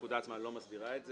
הפקודה עצמה לא מסדירה את זה.